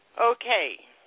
Okay